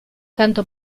tanto